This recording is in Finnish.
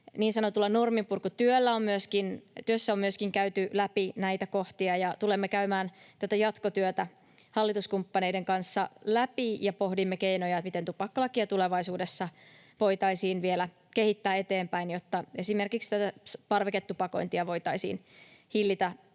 norminpurkutyössä on myöskin käyty läpi näitä kohtia. Tulemme käymään tätä jatkotyötä hallituskumppaneiden kanssa läpi ja pohdimme keinoja, miten tupakkalakia tulevaisuudessa voitaisiin vielä kehittää eteenpäin, jotta esimerkiksi parveketupakointia voitaisiin hillitä